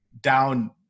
down